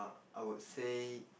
I would say